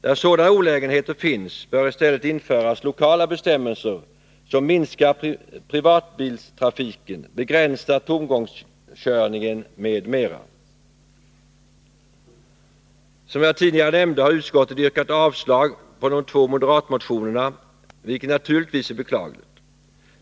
Där sådana olägenheter finns bör i stället införas lokala bestämmelser som minskar privatbilismen, begränsar tomgångskörningen m.m. Som jag tidigare nämnde har utskottet yrkat avslag på de två moderatmotionerna, vilket naturligtvis är beklagligt.